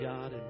God